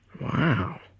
Wow